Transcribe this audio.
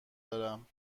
دارم